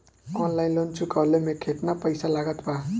Online loan चुकवले मे केतना पईसा लागत बा?